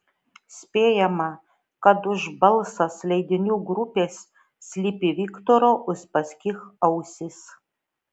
spėjama kad už balsas leidinių grupės slypi viktoro uspaskich ausys